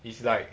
is like